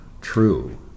true